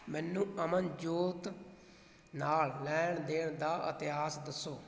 ਮੈਨੂੰ ਅਮਨਜੋਤ ਨਾਲ ਲੈਣ ਦੇਣ ਦਾ ਇਤਿਹਾਸ ਦੱਸੋ